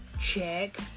Check